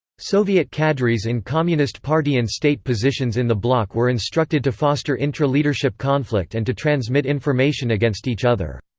soviet cadres in communist party and state positions in the bloc were instructed to foster intra-leadership conflict and to transmit information against each other.